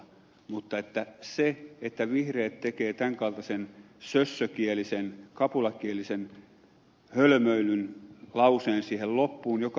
mutta että vihreät tekevät tämän kaltaisen sössökielisen kapulakielisen hölmöilyn lauseen siihen loppuun joka oikeuttaa